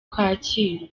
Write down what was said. kacyiru